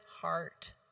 heart